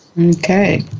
Okay